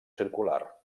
circular